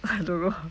ah don't know